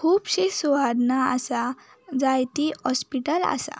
खुबशी सुवाधनां आसात जायतीं हॉस्पिटल आसा